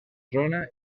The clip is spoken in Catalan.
zona